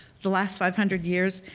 the last five hundred years,